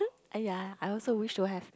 !aiya! I also wish to have